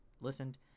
Listened